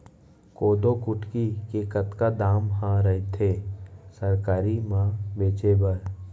कोदो कुटकी के कतका दाम ह रइथे सरकारी म बेचे बर?